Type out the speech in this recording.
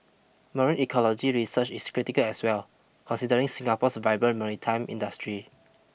marine ecology research is critical as well considering Singapore's vibrant maritime industry